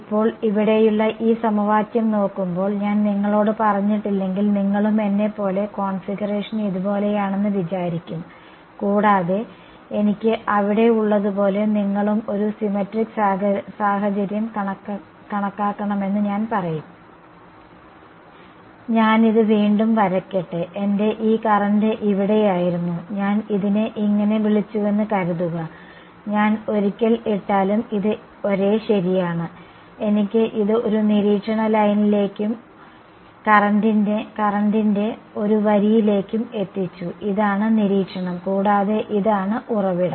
ഇപ്പോൾ ഇവിടെയുള്ള ഈ സമവാക്യം നോക്കുമ്പോൾ ഞാൻ നിങ്ങളോട് പറഞ്ഞിട്ടില്ലെങ്കിൽനിങ്ങളും എന്നെപോലെ കോൺഫിഗറേഷൻ ഇതുപോലെയാണെന്ന് വിചാരിക്കും കൂടാതെ എനിക്ക് അവിടെ ഉള്ളതുപോലെ നിങ്ങളും ഒരു സിമെട്രിക് സാഹചര്യം കണക്കണമെന്ന് ഞാൻ പറയും ഞാനിത് വീണ്ടും വരയ്ക്കട്ടെ എന്റെ ഈ കറണ്ട് ഇവിടെയായിരുന്നു ഞാൻ ഇതിനെ ഇങ്ങനെ വിളിച്ചുവെന്ന് കരുതുക ഞാൻ ഒരിക്കൽ ഇട്ടാലും ഇത് ഒരേ ശരിയാണ് എനിക്ക് ഇത് ഒരു നിരീക്ഷണ ലൈനിലേക്കും കറണ്ടിന്റെ ഒരു വരിയിലേക്കും എത്തിച്ചു ഇതാണ് നിരീക്ഷണം കൂടാതെ ഇതാണ് ഉറവിടം